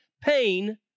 pain